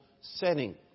setting